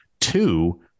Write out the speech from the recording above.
Two